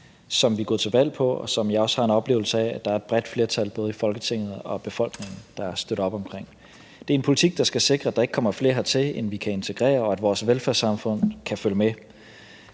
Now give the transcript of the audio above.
som vi er gået til valg på, og som vi også har en oplevelse af der er et bredt flertal, både Folketinget og i befolkningen, der støtter op omkring. Det er en politik, der skal sikre, at der ikke kommer flere hertil, end vi kan integrere, og at vores velfærdssamfund kan følge med.